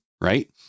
Right